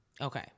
Okay